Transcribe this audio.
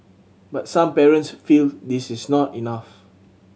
but some parents feel this is not enough